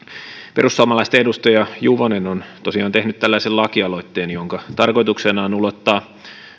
perussuomalaisten edustaja juvonen on tosiaan tehnyt tällaisen lakialoitteen jonka tarkoituksena on ulottaa